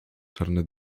czarne